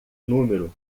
número